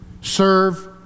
serve